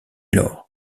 lors